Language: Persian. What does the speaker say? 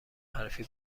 حرفی